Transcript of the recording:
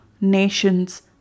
nations